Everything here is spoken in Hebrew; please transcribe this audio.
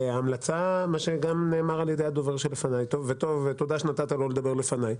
המלצה מה שגם נאמר על ידי הדובר שלפני ותודה שנתת לו לדבר לפני,